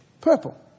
purple